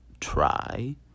try